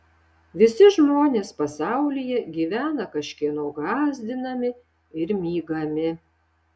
visi žmonės pasaulyje gyvena kažkieno gąsdinami ir mygami